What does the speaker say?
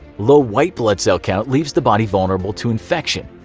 low white blood cell count leaves the body vulnerable to infection.